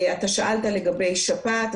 שאלת לגבי שפעת,